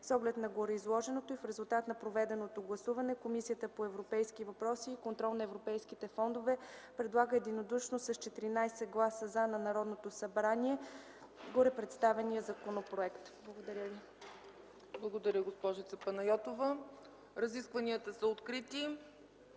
С оглед на гореизложеното и в резултат на проведеното гласуване, Комисията по европейски въпроси и контрол на европейските фондове предлага единодушно – с 14 гласа „за”, на Народното събрание горепредставения законопроект”. Благодаря ви. ПРЕДСЕДАТЕЛ ЦЕЦКА ЦАЧЕВА: Благодаря, госпожице Панайотова. Разискванията са открити.